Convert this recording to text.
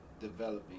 developing